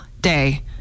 day